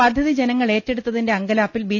പദ്ധതി ജനങ്ങൾ ഏറ്റെടുത്തിന്റെ അങ്കലാപ്പിൽ ബി